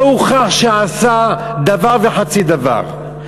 לא הוכח שעשה דבר וחצי דבר.